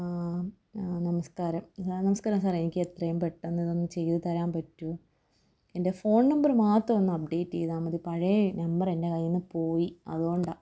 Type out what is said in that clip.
നമസ്കാരം നമസ്കാരം സാറെ എനിക്ക് എത്രയും പെട്ടെന്ന് ഇതൊന്ന് ചെയ്ത് തരാൻ പറ്റുമോ എൻ്റെ ഫോൺ നമ്പര് മാത്രമൊന്ന് അപ്ഡേറ്റ് ചെയ്താല് മതി പഴയ നമ്പര് എൻ്റെ കയ്യില്നിന്ന് പോയി അതുകൊണ്ടാണ്